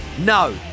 No